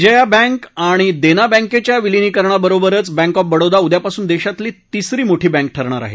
Vijaya bank आणि देना बँकेच्या विलीकरणाबरोबरच बँक ऑफ बडोदा उद्यापासून देशातली तिसरी मोठी बँक ठरणार आहे